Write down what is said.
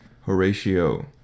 Horatio